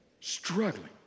struggling